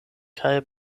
kaj